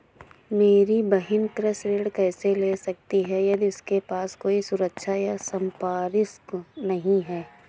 मेरी बहिन कृषि ऋण कैसे ले सकती है यदि उसके पास कोई सुरक्षा या संपार्श्विक नहीं है?